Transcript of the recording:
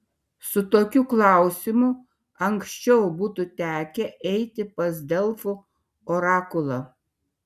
su tokiu klausimu anksčiau būtų tekę eiti pas delfų orakulą